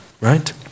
right